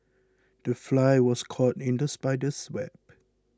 the fly was caught in the spider's web